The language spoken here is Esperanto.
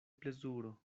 plezuro